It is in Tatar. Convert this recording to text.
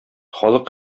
халык